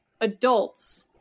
adults